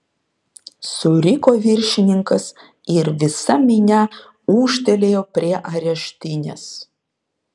suriko viršininkas ir visa minia ūžtelėjo prie areštinės